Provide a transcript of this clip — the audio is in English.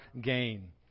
gain